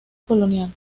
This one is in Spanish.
colonial